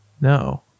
no